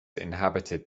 inhabited